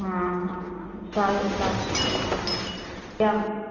હમ્મ હ હ સારું સારું એમ